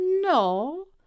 No